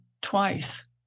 twice